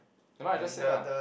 nevermind ah just say ah